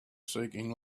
seeking